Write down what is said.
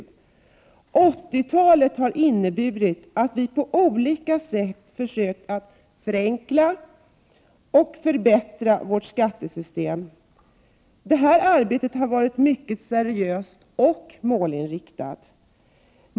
1980-talet har inneburit att vi på olika sätt försökt förenkla och förbättra vårt skattesystem. Det här arbetet har varit mycket seriöst och målinriktat.